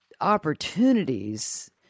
opportunities